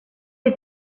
had